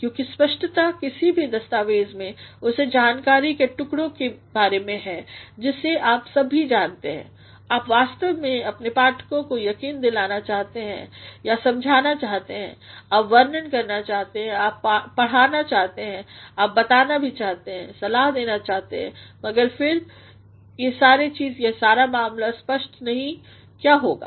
क्योंकि स्पष्टता किसी भी दस्तावेज़ में उस जानकारी के टुकड़े के बारे में हैं जिसे आप सभीजानते हैं आप वास्तवमें अपने पाठकों को यकीन दिलाना चाहते हैं या आप समझाना चाहते हैं आप वर्णन करना चाहते हैं आप पढ़ाना चाहते हैं आप बताना भी चाहते हैं सलाह देना कुछ भी मगर फिर अगर यह सारा मामला स्पष्ट नहीं क्या होगा